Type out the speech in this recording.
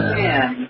man